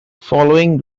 following